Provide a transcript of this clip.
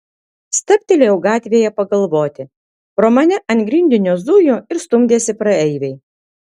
stabtelėjau gatvėje pagalvoti pro mane ant grindinio zujo ir stumdėsi praeiviai